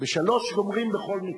ב-15:00 גומרים בכל מקרה,